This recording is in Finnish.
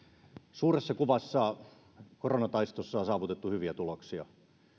suuressa kuvassa koronataistossa on saavutettu hyviä tuloksia